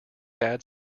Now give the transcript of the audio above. bad